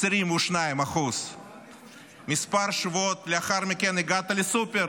22%. כמה שבועות לאחר מכן הגעת לסופר